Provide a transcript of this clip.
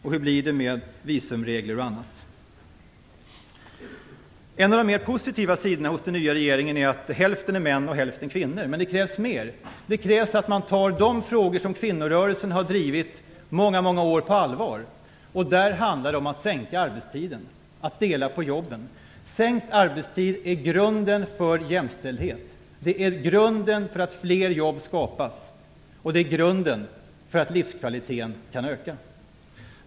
Hur blir det med visumregler och annat? En av de mer positiva sidorna hos den nya regeringen är att hälften är män och hälften är kvinnor, men det krävs mer. Det krävs att de frågor som kvinnorörelsen har drivit under många år tas på allvar. Där handlar det om att sänka arbetstiden och att dela på jobben. Sänkt arbetstid är grunden för jämställdhet. Det ger grunden för att fler jobb skapas, och det är grunden för att livskvaliteten skall kunna öka.